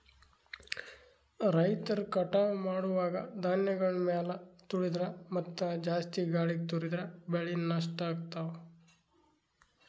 ರೈತರ್ ಕಟಾವ್ ಮಾಡುವಾಗ್ ಧಾನ್ಯಗಳ್ ಮ್ಯಾಲ್ ತುಳಿದ್ರ ಮತ್ತಾ ಜಾಸ್ತಿ ಗಾಳಿಗ್ ತೂರಿದ್ರ ಬೆಳೆ ನಷ್ಟ್ ಆಗ್ತವಾ